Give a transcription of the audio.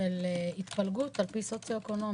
על התפלגות על פי נתונים סוציו-אקונומיים.